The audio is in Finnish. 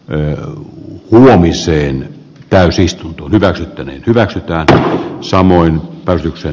en ole syönyt täysistunto hyväksytyn hyväksytäänkö samoin päätöksen